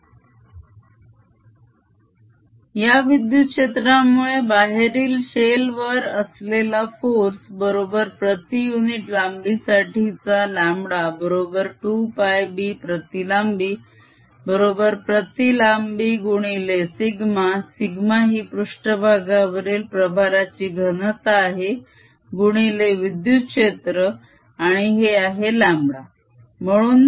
Einnercylindersurface02adKdt Eoutercylindersurface02bdKdt या विद्युत क्षेत्रामुळे बाहेरील शेल वर असलेला फोर्स बरोबर प्रती युनिट लाम्बिसाठीचा λ बरोबर 2πb प्रती लांबी बरोबर प्रती लांबी गुणिले σ σही पृष्ट्भागावरील प्रभाराची घनता आहे गुणिले विद्युत क्षेत्र आणि हे आहे λ